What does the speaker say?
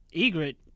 Egret